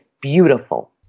beautiful